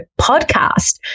podcast